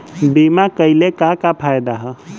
बीमा कइले का का फायदा ह?